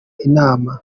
inama